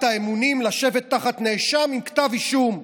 האמונים לשבת תחת נאשם עם כתב אישום.